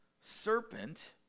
serpent